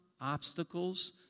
obstacles